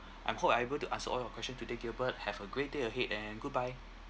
I'm hope I able to answer all your question today gilbert have a great day ahead and goodbye